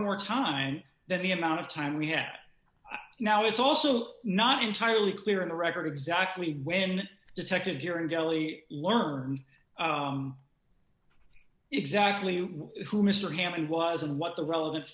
more time than the amount of time we have now it's also not entirely clear on the record exactly when detective here in delhi learned exactly who mr hammond was and what the relevan